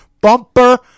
Bumper